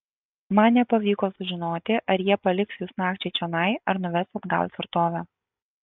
man nepavyko sužinoti ar jie paliks jus nakčiai čionai ar nuves atgal į tvirtovę